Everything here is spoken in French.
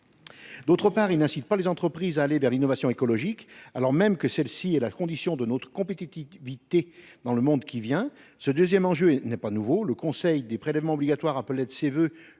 D’autre part, il n’incite pas les entreprises à aller vers l’innovation écologique, alors même que celle ci est la condition de notre compétitivité dans le monde qui vient. Ce deuxième enjeu n’est pas nouveau : le Conseil des prélèvements obligatoires appelait de ses vœux